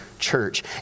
church